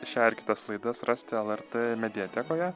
šią ir kitas laidas rasite lrt mediatekoje